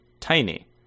tiny